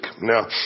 Now